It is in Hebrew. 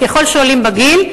ככל שעולים בגיל,